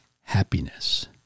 happiness